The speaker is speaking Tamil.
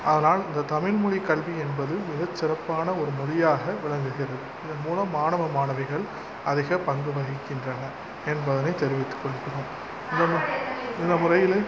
ஆதலால் இந்த தமிழ் மொழி கல்வி என்பது மிகச்சிறப்பான ஒரு மொழியாக விளங்குகிறது இதன் மூலம் மாணவ மாணவிகள் அதிக பங்கு வகிக்கின்றன என்பதனை தெரிவித்துக் கொள்கிறோம் இந்த இந்த முறையில்